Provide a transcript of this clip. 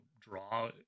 draw